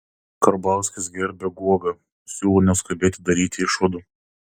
karbauskis gerbia guogą siūlo neskubėti daryti išvadų